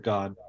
God